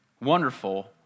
wonderful